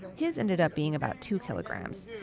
his ended up being about two kilograms,